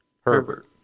Herbert